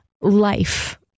life